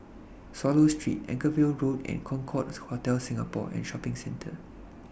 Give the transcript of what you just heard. Swallow Street Anchorvale Road and Concorde Hotel Singapore and Shopping Centre